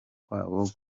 kwabo